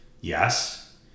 Yes